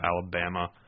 Alabama